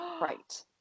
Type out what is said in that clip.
Right